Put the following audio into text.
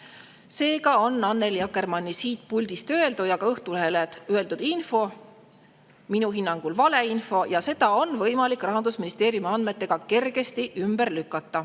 Seega on Annely Akkermanni siit puldist öeldu ja ka Õhtulehele öeldud info minu hinnangul valeinfo ja seda on võimalik Rahandusministeeriumi andmetega kergesti ümber lükata. ERR-i